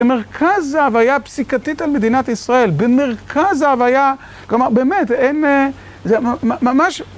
במרכז ההוויה פסיקתית על מדינת ישראל, במרכז ההוויה, כלומר, באמת, אין, זה ממש...